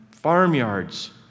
farmyards